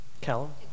Callum